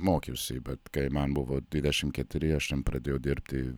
mokiausi bet kai man buvo dvidešim keturi aš ten pradėjau dirbti